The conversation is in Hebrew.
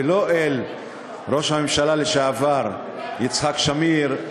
ולא אל ראש הממשלה לשעבר יצחק שמיר,